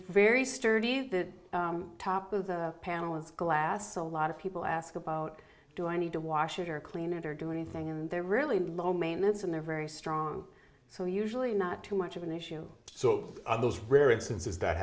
the top of the panel is glass so a lot of people ask about do i need to wash it or clean it or do anything in there are really low maintenance and they're very strong so usually not too much of an issue so are those rare instances that